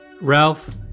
Ralph